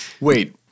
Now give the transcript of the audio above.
Wait